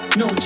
no